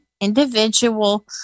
individual